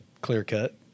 clear-cut